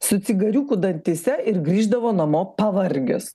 su cigariuku dantyse ir grįždavo namo pavargęs